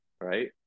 right